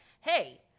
hey